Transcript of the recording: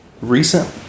recent